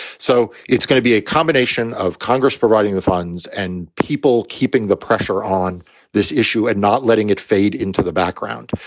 so it's going to be a combination of congress providing the funds and people keeping the pressure on this issue and not letting it fade into the background,